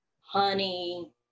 honey